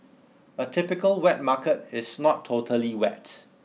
a typical wet market is not totally wet